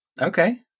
Okay